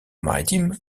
maritime